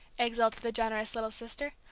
exulted the generous little sister.